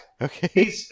Okay